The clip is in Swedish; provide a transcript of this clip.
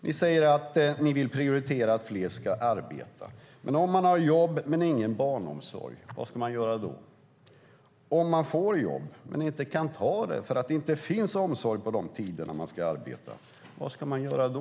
Ni säger att ni vill prioritera att fler ska arbeta. Men om man har jobb men ingen barnomsorg - vad ska man göra då? Om man får jobb men inte kan ta det för att det inte finns omsorg på de tider då man ska arbeta - vad ska man göra då?